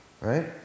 Right